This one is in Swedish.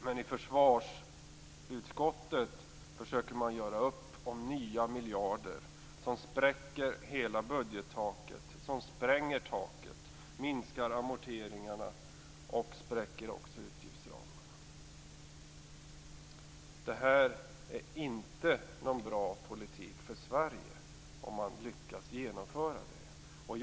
Men i försvarsutskottet försöker man göra upp om nya miljarder som spränger hela budgettaket, minskar amorteringarna och spräcker utgiftsramarna. Det är, om man lyckas genomföra det, inte någon bra politik för Sverige.